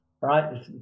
right